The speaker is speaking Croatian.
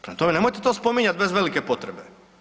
Prema tome, nemojte to spominjati bez velike potrebe.